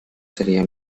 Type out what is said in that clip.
sería